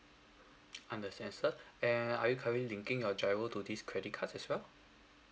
understand sir and are you currently linking your GIRO to this credit cards as well